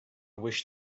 wish